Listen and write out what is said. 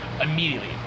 immediately